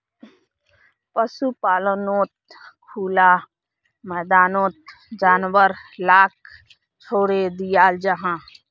पशुपाल्नोत खुला मैदानोत जानवर लाक छोड़े दियाल जाहा